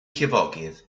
llifogydd